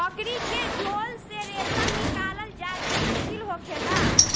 मकड़ी के झोल से रेशम निकालल ज्यादे मुश्किल होखेला